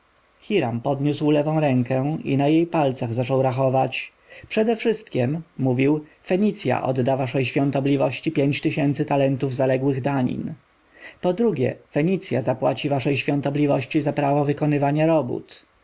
podniósł lewą rękę i na jej palcach zaczął rachować przedewszystkiem mówił fenicja odda waszej świątobliwości pięć tysięcy talentów zaległych danin po drugie fenicja zapłaci waszej świątobliwości pięć tysięcy talentów za prawo wykonywania robót